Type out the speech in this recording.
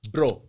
Bro